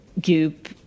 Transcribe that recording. goop